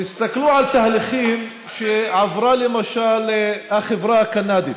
תסתכלו על תהליכים שעברה למשל החברה הקנדית,